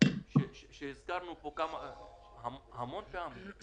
שהזכרנו כאן המון פעמים.